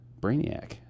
Brainiac